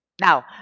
Now